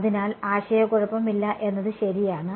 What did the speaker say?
അതിനാൽ ആശയക്കുഴപ്പം ഇല്ല എന്നത് ശരിയാണ്